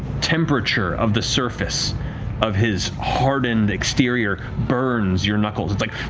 temperature of the surface of his hardened exterior burns your knuckles. it's like